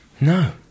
No